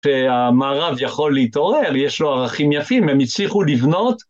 שהמערב יכול להתעורר, יש לו ערכים יפים, הם הצליחו לבנות.